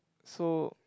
so